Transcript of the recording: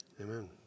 Amen